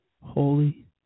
Holy